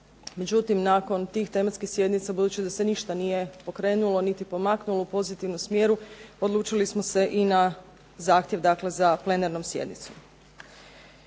Međutim, nakon tih tematskih sjednica budući da se ništa nije pokrenulo niti pomaknulo u pozitivnom smjeru odlučili smo se i na zahtjev za plenarnom sjednicom.